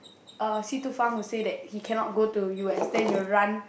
uh Si Tu Feng will say that he cannot go to U_S then he will run